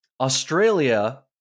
Australia